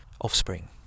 offspring